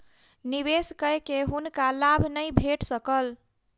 निवेश कय के हुनका लाभ नै भेट सकल